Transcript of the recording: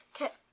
Okay